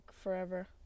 forever